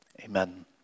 Amen